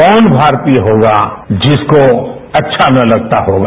कौन भारतीय होगा जिसको अच्छा न लगता होगा